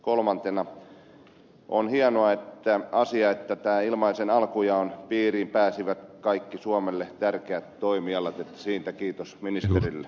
kolmantena on hieno asia että tämän ilmaisen alkujaon piiriin pääsivät kaikki suomelle tärkeät toimialat siitä kiitos ministerille